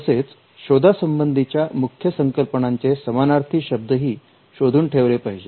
तसेच शोधा संबंधी च्या मुख्य संकल्पनांचे समानार्थी शब्द ही शोधून ठेवले पाहिजेत